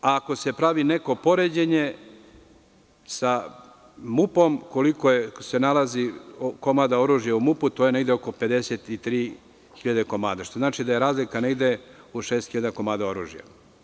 Ako se pravi neko poređenje sa MUP koliko se nalazi komada oružja u MUP to je negde oko 53 hiljade komada, što znači da je razlika negde oko šest hiljada komada oružja.